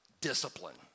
discipline